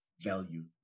value